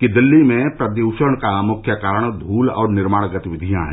कि दिल्ली में प्रदृषण का मुख्य कारण धूल और निर्माण गतिविवियां हैं